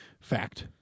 Fact